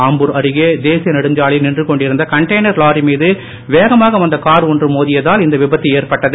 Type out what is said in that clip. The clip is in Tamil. ஆம்பூர் அருகே தேசிய நெடுஞ்சாலையில் நின்று கொண்டிருந்த கண்டெய்னர் லாரி மீது வேகமாக வந்த கார் ஒன்று மோதியதால் இந்த விபத்து ஏற்பட்டது